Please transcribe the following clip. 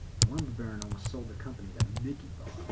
the lumber baron almost sold the company to mickey bob.